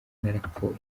narapfuye